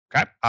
Okay